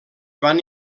van